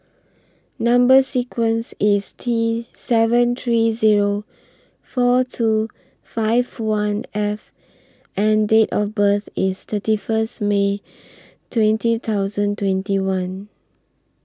Number sequence IS T seven three Zero four two five one F and Date of birth IS thirty First May twenty thousand twenty one